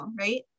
right